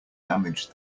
damage